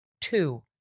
two